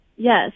Yes